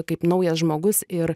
kaip naujas žmogus ir